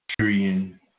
Syrian